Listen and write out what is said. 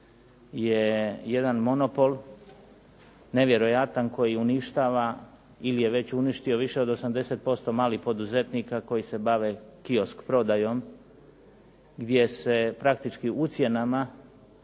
je jedan monopol nevjerojatan koji uništava ili je već uništio više od 80% malih poduzetnika koji se bave kiosk prodajom gdje se praktički ucjenama